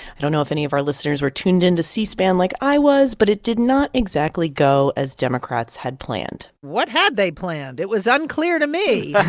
i don't know if any of our listeners were tuned into c-span like i was, but it did not exactly go as democrats had planned what had they planned? it was unclear to me yeah